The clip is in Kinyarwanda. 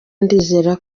ndizera